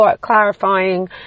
clarifying